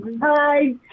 Hi